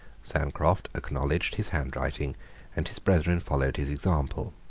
sancroft acknowledged his handwriting and his brethren followed his example.